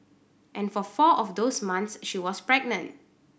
and for four of those months she was pregnant